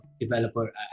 developer